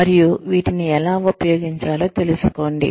మరియు వీటిని ఎలా ఉపయోగించాలో తెలుసుకోండి